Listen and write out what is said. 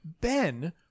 Ben